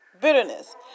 Bitterness